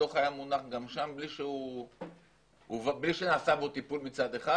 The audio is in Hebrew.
הדוח היה מונח גם שם בלי שנעשה בו טיפול מצד אחד,